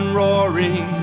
roaring